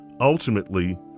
ultimately